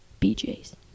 BJ's